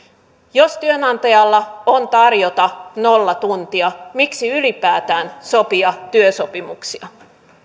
jos työnantajalla on tarjota nolla tuntia miksi ylipäätään sopia työsopimuksia